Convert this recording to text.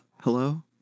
Hello